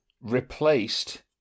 replaced